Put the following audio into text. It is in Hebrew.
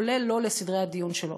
כולל לא לסדרי הדיון שלו.